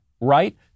right